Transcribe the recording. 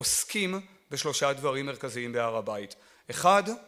עוסקים בשלושה דברים מרכזיים בהר הבית. אחד